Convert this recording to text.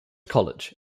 college